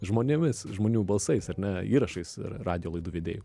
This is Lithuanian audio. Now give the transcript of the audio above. žmonėmis žmonių balsais ar ne įrašais ir radijo laidų vedėjų